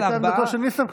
והיה כאן בקושי ניסנקורן,